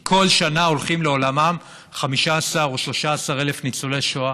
כי כל שנה הולכים לעולמם 15,000 או 13,000 ניצולי שואה.